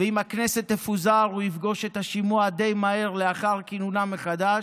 ואם הכנסת תפוזר הוא יפגוש את השימוע די מהר לאחר כינונה מחדש.